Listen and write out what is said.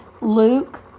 Luke